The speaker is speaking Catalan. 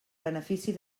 benefici